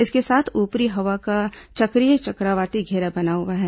इसके साथ ऊपरी हवा का चक्रीय चक्रवाती घेरा बना हुआ है